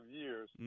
years